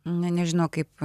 na nežinau kaip